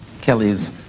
Kelly's